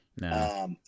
No